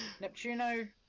Neptuno